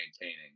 maintaining